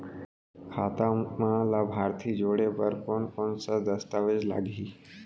खाता म लाभार्थी जोड़े बर कोन कोन स दस्तावेज लागही?